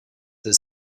the